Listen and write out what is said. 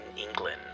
England